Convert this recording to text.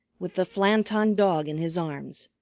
with the flanton dog in his arms.